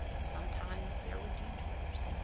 sometimes there were detours.